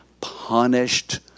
punished